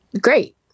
great